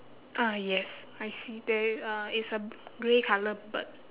ah yes I see there uh is a grey colour bird